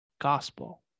gospel